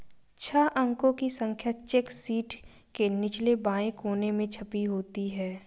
छह अंकों की संख्या चेक शीट के निचले बाएं कोने में छपी होती है